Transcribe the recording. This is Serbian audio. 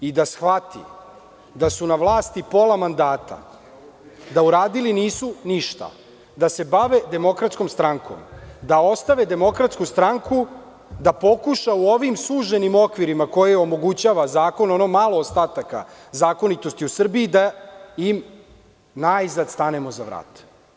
I da shvati da su na vlasti pola mandata, da uradili nisu ništa, da se bave DS-om, da ostave DS da pokuša u ovim suženim okvirima koje omogućava zakon, ono malo ostataka zakonitosti u Srbiji, i da im najzad stanemo za vrat.